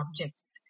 objects